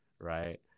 right